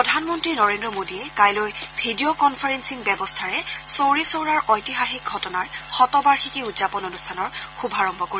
প্ৰধানমন্তী নৰেন্দ্ৰ মোদীয়ে কাইলৈ ভিডিঅ কনফাৰেন্দিং ব্যৱস্থাৰে চৌৰি চৌৰাৰ ঐতিহাসিক ঘটনাৰ শতবাৰ্যিকী উদযাপন অনুষ্ঠানৰ শুভাৰম্ভ কৰিব